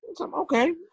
Okay